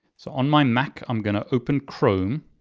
so on my mac, i'm gonna open chrome.